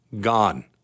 gone